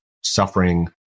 suffering